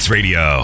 Radio